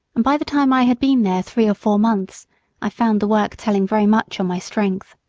and by the time i had been there three or four months i found the work telling very much on my strength.